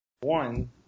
one